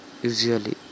Usually